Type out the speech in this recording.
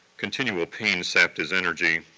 continual pain sapped his energy,